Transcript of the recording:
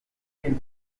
skills